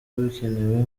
bukenewe